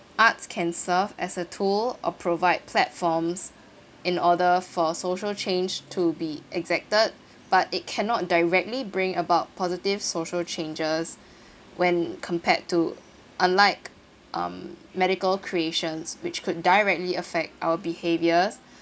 arts can serve as a tool or provide platforms in order for social change to be exacted but it cannot directly bring about positive social changes when compared to unlike um medical creations which could directly affect our behaviours